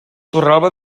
torralba